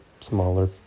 smaller